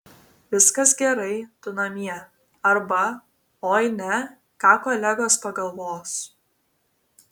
viskas gerai tu namie arba oi ne ką kolegos pagalvos